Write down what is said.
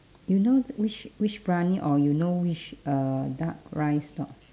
you know which which briyani or you know which uh duck rice stall